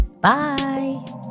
bye